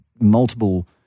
multiple